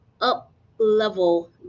up-level